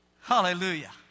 Hallelujah